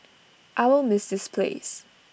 I will miss this place